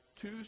two